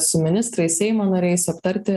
su ministrais seimo nariais aptarti